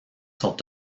sont